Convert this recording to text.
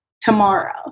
tomorrow